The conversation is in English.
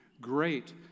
great